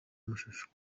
amashusho